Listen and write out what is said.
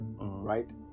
right